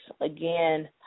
again